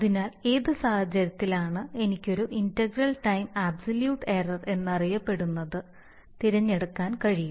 അതിനാൽ ഏത് സാഹചര്യത്തിലാണ് എനിക്ക് ഒരു ഇന്റഗ്രൽ ടൈം ആബ്സലൂറ്റ് എറർ എന്ന് അറിയപ്പെടുന്നത് തിരഞ്ഞെടുക്കാൻ കഴിയൂ